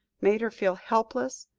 made her feel helpless,